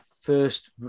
first